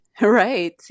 Right